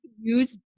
use